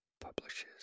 publishes